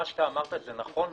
מה שאמרת זה נכון,